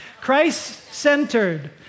Christ-centered